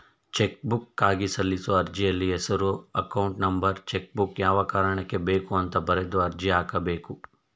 ಚೆಕ್ಬುಕ್ಗಾಗಿ ಸಲ್ಲಿಸೋ ಅರ್ಜಿಯಲ್ಲಿ ಹೆಸರು ಅಕೌಂಟ್ ನಂಬರ್ ಚೆಕ್ಬುಕ್ ಯಾವ ಕಾರಣಕ್ಕೆ ಬೇಕು ಅಂತ ಬರೆದು ಅರ್ಜಿ ಹಾಕಬೇಕು